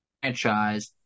franchise